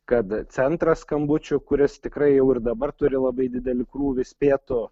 kad centras skambučių kuris tikrai jau ir dabar turi labai didelį krūvį spėtų